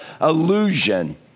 illusion